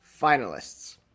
finalists